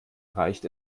reicht